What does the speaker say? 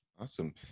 Awesome